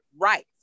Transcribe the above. right